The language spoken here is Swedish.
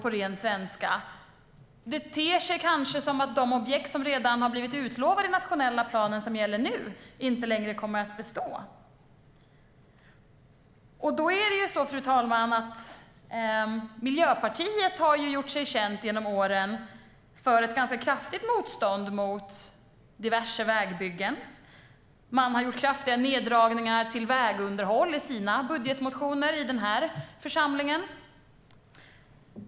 På ren svenska: Det ter sig kanske som att de objekt som redan har blivit utlovade i den nationella plan som nu gäller inte längre kommer att bestå. Fru talman! Miljöpartiet har genom åren gjort sig känt för ett ganska kraftigt motstånd mot diverse vägbyggen. Man har gjort kraftiga neddragningar till vägunderhåll i sina budgetmotioner i den här församlingen.